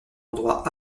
endroit